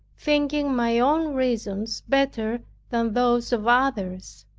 thinking my own reasons better than those of others.